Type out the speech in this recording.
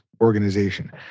organization